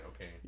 okay